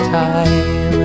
time